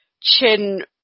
chin